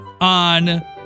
on